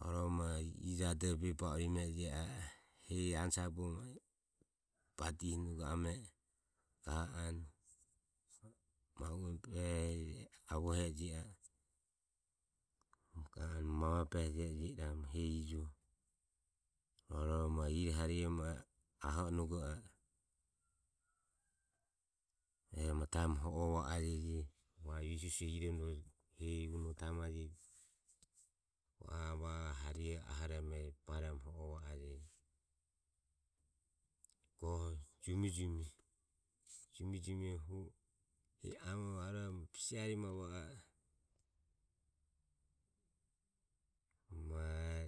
Rueroho ma taemu horo va ajeji visu visue iromo ro taemoromo a harihe ahoromo baeromo ho o va ajeji. Goho jumijumie, jumijumioho ijo namore va oromo bise harihu mae va a e va o e